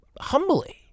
humbly